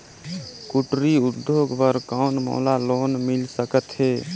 कुटीर उद्योग बर कौन मोला लोन मिल सकत हे?